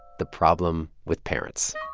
the problem with parents